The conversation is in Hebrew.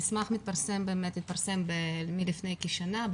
המסמך התפרסם לפני כשנה,